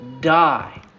die